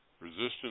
Resistance